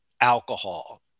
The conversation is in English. alcohol